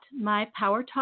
mypowertalk